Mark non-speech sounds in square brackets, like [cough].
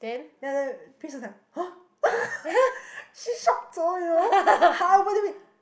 then after that Pris was like !huh! [laughs] she shock you know !huh!